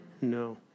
No